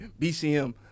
BCM